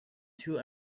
too